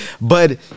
But-